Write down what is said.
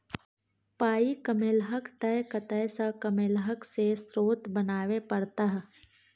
पाइ कमेलहक तए कतय सँ कमेलहक से स्रोत बताबै परतह